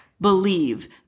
believe